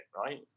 right